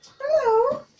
Hello